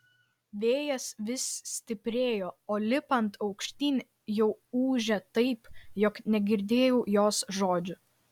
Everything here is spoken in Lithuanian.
vėjas vis stiprėjo o lipant aukštyn jau ūžė taip jog negirdėjau jos žodžių